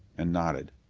and nodded.